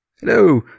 Hello